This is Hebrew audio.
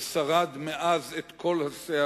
ושרד מאז את כל הסערות,